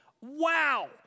Wow